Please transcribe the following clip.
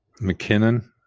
McKinnon